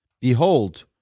Behold